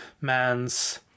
man's